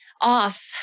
off